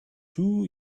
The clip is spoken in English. two